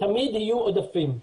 תמיד יהיו עודפים.